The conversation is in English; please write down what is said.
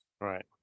Right